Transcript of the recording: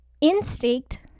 instinct